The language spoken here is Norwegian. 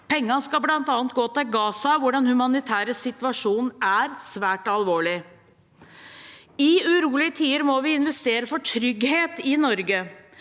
Pengene skal bl.a. gå til Gaza, hvor den humanitære situasjonen er svært alvorlig. I urolige tider må vi investere for tryggheten i Norge.